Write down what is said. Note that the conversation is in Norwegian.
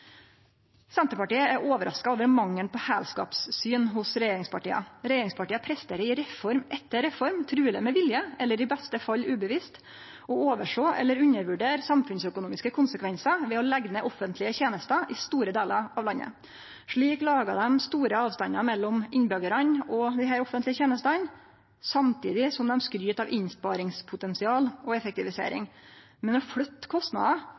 Senterpartiet er overraska over mangelen på heilskapssyn hos regjeringspartia. Regjeringspartia presterer i reform etter reform – truleg med vilje, eller i beste fall ubevisst – å oversjå eller undervurdere samfunnsøkonomiske konsekvensar ved å leggje ned offentlege tenester i store delar av landet. Slik lagar dei store avstandar mellom innbyggjarane og offentlege tenester, samtidig som dei skryt av innsparingspotensial og effektivisering. Men å flytte